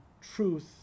truth